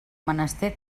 menester